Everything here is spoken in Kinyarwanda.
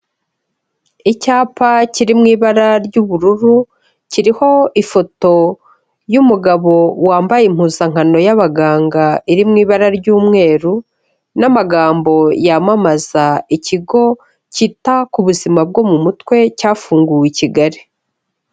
Icyapa kiri mu ibara ry'ubururu, kiriho ifoto y'umugabo wambaye impuzankano y'abaganga iri mu ibara ry'umweru n'amagambo yamamaza ikigo cyita ku buzima bwo mu mutwe cyafunguwe i Kigali.